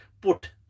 put